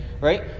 right